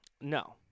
No